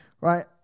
right